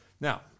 Now